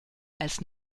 als